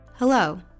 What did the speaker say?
Hello